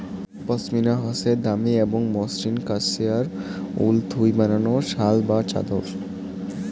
পশমিনা হসে দামি এবং মসৃণ কাশ্মেয়ার উল থুই বানানো শাল বা চাদর